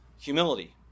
humility